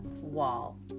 wall